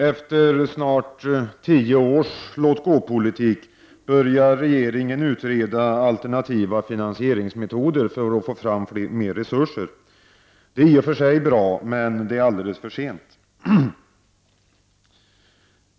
Efter snart tio års låt-gå-politik börjar regeringen nu utreda alternativa finansieringsmetoder för att få fram mer resurser. Det är i och för sig bra, men det är alldeles för sent.